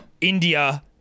India